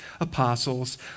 apostles